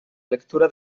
lectura